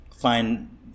find